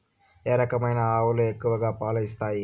ఏ రకమైన ఆవులు ఎక్కువగా పాలు ఇస్తాయి?